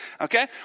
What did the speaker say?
Okay